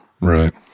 Right